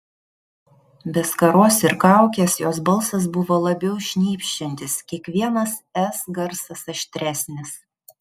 be skaros ir kaukės jos balsas buvo labiau šnypščiantis kiekvienas s garsas aštresnis